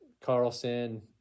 Carlson